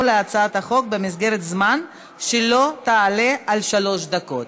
להצעת החוק במסגרת זמן שלא תעלה על שלוש דקות.